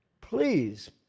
please